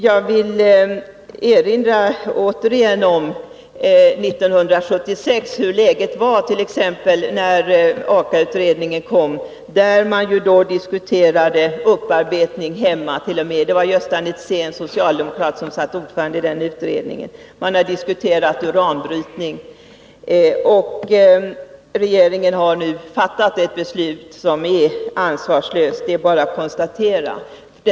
Jag vill återigen erinra om hur läget var t.ex. när AKA-utredningen kom var Gösta Netzén, socialdemokrat, som satt ordförande i den utredningen. Regeringen har nu fattat ett ansvarslöst beslut, det är bara att konstatera det.